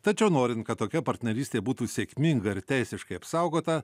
tačiau norint kad tokia partnerystė būtų sėkminga ir teisiškai apsaugota